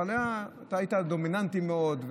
אבל אתה היית דומיננטי מאוד,